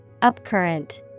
Upcurrent